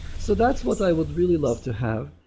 so that's what i would really love to have.